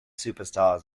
superstars